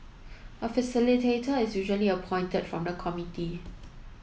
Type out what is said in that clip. a facilitator is usually appointed from the committee